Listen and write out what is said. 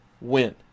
win